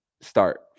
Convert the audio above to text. start